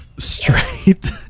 straight